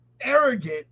arrogant